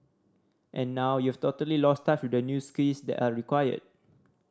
and now you've totally lost touch with the new skills that are required